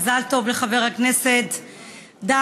מזל טוב לחבר הכנסת דן,